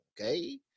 Okay